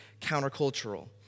countercultural